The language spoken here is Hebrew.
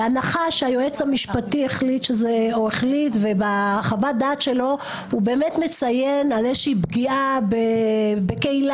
בהנחה שהיועץ המשפטי החליט ובחוות-דעת שלו הוא באמת מציין פגיעה בקהילה,